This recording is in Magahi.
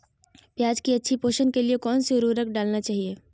प्याज की अच्छी पोषण के लिए कौन सी उर्वरक डालना चाइए?